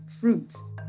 fruits